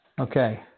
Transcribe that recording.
Okay